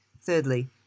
Thirdly